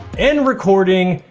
end recording,